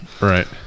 right